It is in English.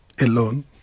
alone